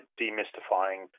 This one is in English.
demystifying